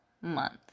month